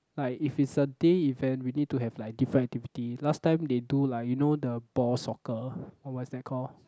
like if it's a day event we need to have like different activity last time they do like you know the ball soccer or what is that call